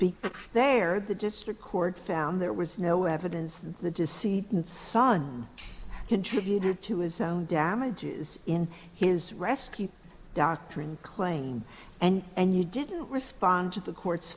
because they're the district court found there was no evidence that the deceit and son contributed to his own damages in his rescue doctrine claim and and you didn't respond to the court